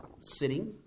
sitting